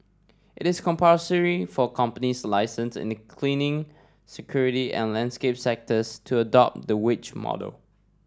it is compulsory for companies licensed in the cleaning security and landscape sectors to adopt the wage model